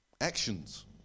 actions